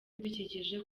ibidukikije